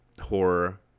horror